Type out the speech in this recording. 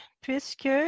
puisque